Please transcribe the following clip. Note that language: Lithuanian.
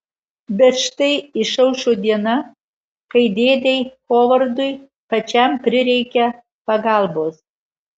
bet štai išaušo diena kai dėdei hovardui pačiam prireikia pagalbos